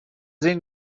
این